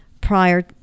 prior